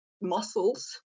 muscles